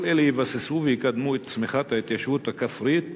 כל אלו יבססו ויקדמו את צמיחת ההתיישבות הכפרית בכלל,